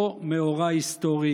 לא מאורע היסטורי.